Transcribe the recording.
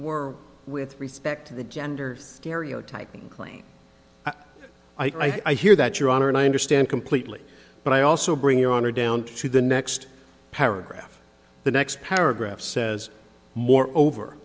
were with respect to the gender stereotyping claim i hear that your honor and i understand completely but i also bring your honor down to the next paragraph the next paragraph says more over